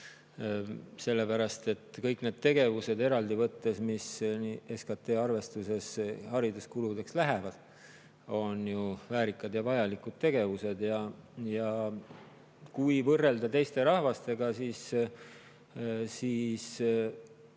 sellepärast et kõik need tegevused eraldi võttes, mis SKT arvestuses hariduskuludeks lähevad, on ju väärikad ja vajalikud tegevused. Kui võrrelda teiste rahvastega, siis päris